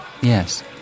Yes